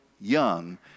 young